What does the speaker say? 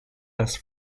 das